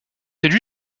élu